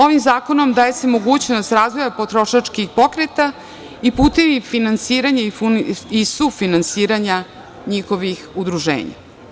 Ovim zakonom daje se mogućnost razvoja potrošačkih pokreta i putevi finansiranja i sufinansiranja njihovih udruženja.